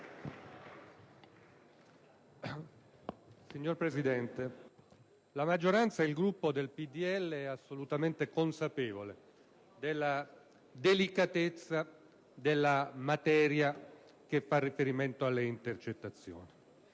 Signor Presidente, la maggioranza e il Gruppo PdL sono assolutamente consapevoli della delicatezza della materia che fa riferimento alle intercettazioni.